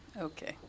Okay